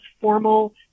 formal